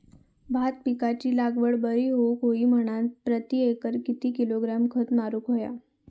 भात पिकाची लागवड बरी होऊक होई म्हणान प्रति एकर किती किलोग्रॅम खत मारुक होया?